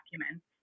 documents